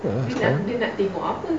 ya lah